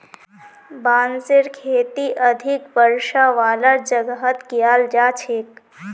बांसेर खेती अधिक वर्षा वालार जगहत कियाल जा छेक